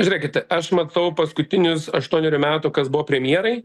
žiūrėkit aš matau paskutinius aštuonerių metų kas buvo premjerai